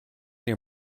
near